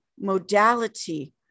modality